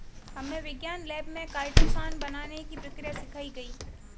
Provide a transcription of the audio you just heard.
हमे विज्ञान लैब में काइटोसान बनाने की प्रक्रिया सिखाई गई